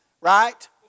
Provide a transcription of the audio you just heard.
right